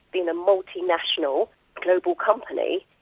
being a multinational global company,